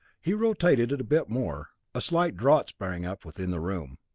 he rotated it a bit more a slight draught sprang up within the room.